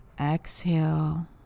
exhale